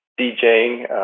DJing